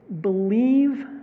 believe